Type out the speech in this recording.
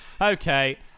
okay